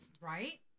Right